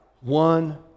one